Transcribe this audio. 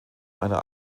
einer